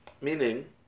meaning